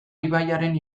ibaiaren